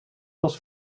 was